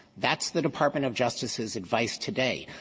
that's the department of justice's advice today,